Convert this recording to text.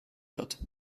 wird